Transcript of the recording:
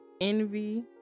envy